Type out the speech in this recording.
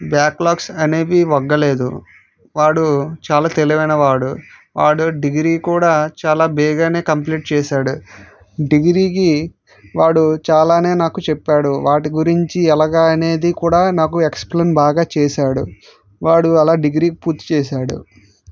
backlogs అనేవి వగ్గలేదు వాడు చాలా తెలివైన వాడు వాడు డిగ్రీ కూడా చాలా బెగానే కంప్లీట్ చేశాడు డిగ్రీకి వాడు చాలానే నాకు చెప్పాడు వాటి గురించి ఎలాగ అనేది కూడా నాకు ఎక్స్ప్లెయిన్ బాగా చేశాడు వాడు అలా డిగ్రీ పూర్తి చేశాడు